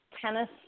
tennis